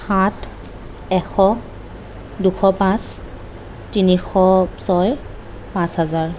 সাত এশ দুশ পাঁচ তিনিশ ছয় পাঁচ হাজাৰ